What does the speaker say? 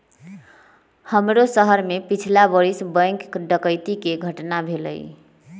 हमरे शहर में पछिला बरिस बैंक डकैती कें घटना भेलइ